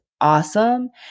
awesome